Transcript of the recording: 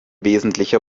wesentlicher